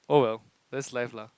oh well that's life lah